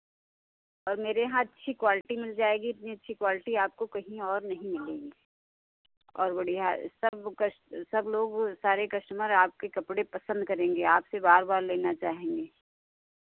और मेरे यहाँ अच्छी क्वालिटी मिल जाएगी इतनी अच्छी क्वालिटी आपको कहीं और नहीं मिलेगी और बढ़ियाँ सब कश्ट सब लोग सारे कस्टमर आपके कपड़े पसन्द करेंगे आपसे बार बार लेना चाहेंगे